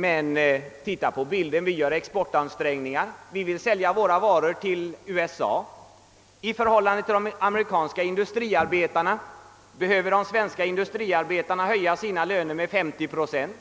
Vi gör exportansträngningar och vill sälja våra varor till USA. I förhållande till de amerikanska industriarbetarna behöver de svenska industriarbetarna få sina löner höjda med 50 procent